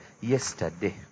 Yesterday